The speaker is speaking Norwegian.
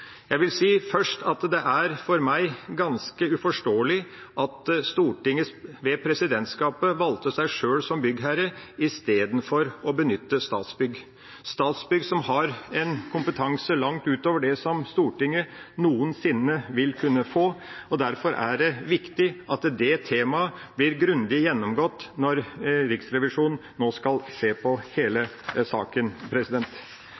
Jeg vil si at det for meg er ganske uforståelig at Stortinget, ved presidentskapet, valgte seg sjøl som byggherre i stedet for å benytte Statsbygg – Statsbygg, som har en kompetanse langt utover det Stortinget noensinne vil kunne få. Derfor er det viktig at det temaet blir grundig gjennomgått når Riksrevisjonen nå skal se på